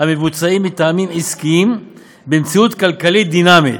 המבוצעים מטעמים עסקיים במציאות כלכלית דינמית,